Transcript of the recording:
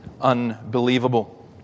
unbelievable